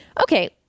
Okay